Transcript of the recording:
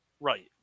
Right